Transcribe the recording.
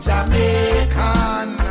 Jamaican